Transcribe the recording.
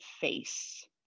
face